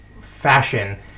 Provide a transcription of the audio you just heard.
fashion